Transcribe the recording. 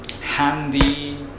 handy